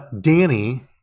Danny